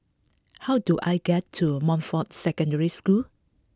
how do I get to Montfort Secondary School